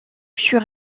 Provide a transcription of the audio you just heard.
sur